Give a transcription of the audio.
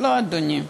לא, אדוני.